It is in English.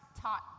taught